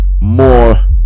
more